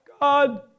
God